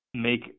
make –